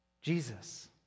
Jesus